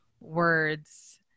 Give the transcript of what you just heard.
words